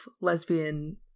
lesbian